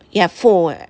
you have four